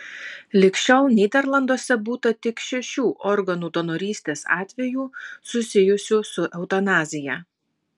lig šiol nyderlanduose būta tik šešių organų donorystės atvejų susijusių su eutanazija